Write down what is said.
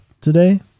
today